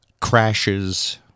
crashes